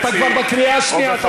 אתה כבר בקריאה השנייה.